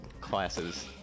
classes